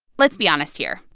let's be honest here.